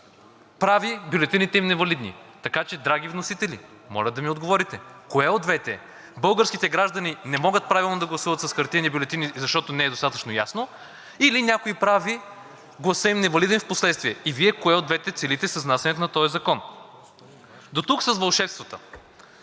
прави бюлетините им невалидни. Така че, драги вносители, моля да ми отговорите – кое от двете е? Българските граждани не могат да гласуват правилно с хартиени бюлетини, защото не е достатъчно ясно, или някой прави гласа им невалиден впоследствие. Вие кое от двете целите с внасянето на този закон? Дотук с вълшебствата!